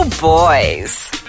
boys